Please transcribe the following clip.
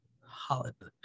holiday